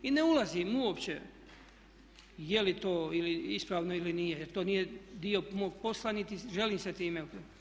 I ne ulazim uopće je li to ispravno ili nije jer to nije dio mog posla niti želim se sa time.